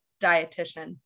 dietitian